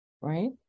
right